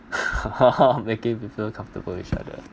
making people comfortable with each other